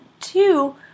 two